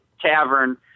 tavern